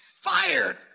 fired